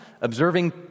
Observing